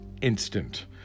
instant